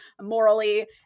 morally